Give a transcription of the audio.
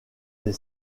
des